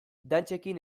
dantzekin